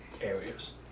areas